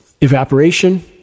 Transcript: evaporation